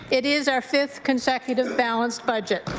it is our fifth consecutive balanced budget.